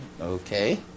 Okay